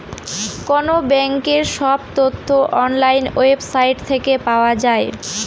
কোনো ব্যাঙ্কের সব তথ্য অনলাইন ওয়েবসাইট থেকে পাওয়া যায়